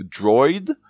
Droid